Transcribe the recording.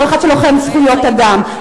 בתור אחד שהוא לוחם זכויות אדם.